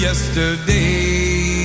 Yesterday